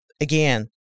again